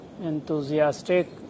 enthusiastic